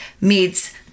meets